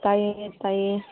ꯇꯥꯏꯌꯦ ꯇꯥꯏꯌꯦ